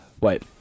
wait